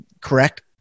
correct